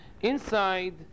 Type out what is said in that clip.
Inside